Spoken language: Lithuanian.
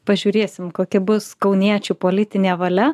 pažiūrėsim kokia bus kauniečių politinė valia